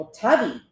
tubby